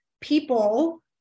people